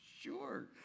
sure